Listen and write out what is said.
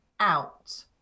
out